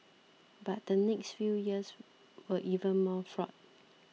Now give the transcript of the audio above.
but the next few years were even more fraught